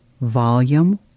Volume